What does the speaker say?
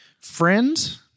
friends